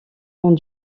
ont